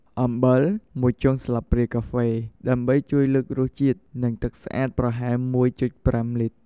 អំបិល ១ ចុងស្លាបព្រាកាហ្វេ ដើម្បីជួយលើករសជាតិ និងទឹកស្អាតប្រហែល ១.៥ លីត្រ។